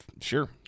Sure